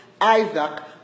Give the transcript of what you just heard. Isaac